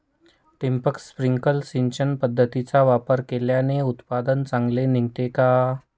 ठिबक, स्प्रिंकल सिंचन पद्धतीचा वापर केल्याने उत्पादन चांगले निघते का?